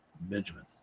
Benjamin